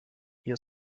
ihr